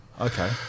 Okay